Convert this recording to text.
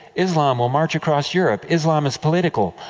islam will march across europe. islam is political.